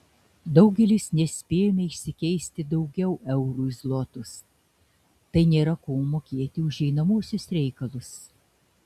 daugelis nespėjome išsikeisti daugiau eurų į zlotus tai nėra kuo mokėti už einamuosius reikalus